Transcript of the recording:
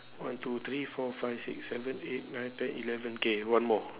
one two three four five six seven eight nine ten eleven K one more